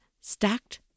stacked